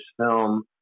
film